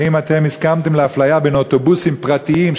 האם אתם הסכמתם לאפליה בין אוטובוסים פרטיים,